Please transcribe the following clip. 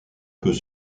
peut